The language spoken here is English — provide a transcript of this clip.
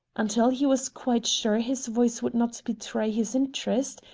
until he was quite sure his voice would not betray his interest,